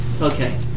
Okay